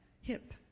hip